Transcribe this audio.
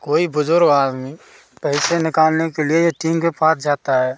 कोई बुजुर्ग आदमी पैसे निकालने के लिए ए टी एम के पास जाता है